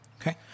Okay